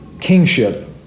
kingship